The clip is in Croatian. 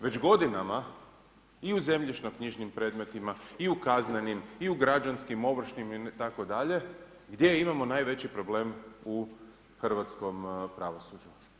Već godinama i u zemljišno-knjižnim predmetima i u kaznenim i u građanskim, ovršnim itd., gdje imamo najveći problem u hrvatskom pravosuđu?